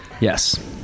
Yes